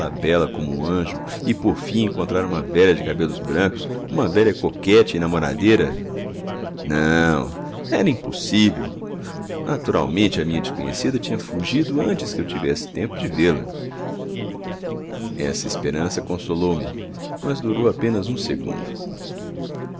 bela como um anjo e por fim encontrar uma velha de cabelos brancos uma velha coquette e namoradeira não era impossível naturalmente a minha desconhecida tinha fugido antes que eu tivesse tempo de vê-la essa esperança consolou me mas durou apenas um segundo